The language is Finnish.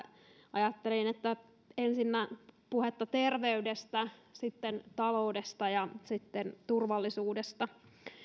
ajattelin että ensinnä on puhetta terveydestä sitten taloudesta ja sitten turvallisuudesta